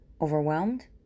overwhelmed